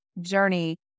journey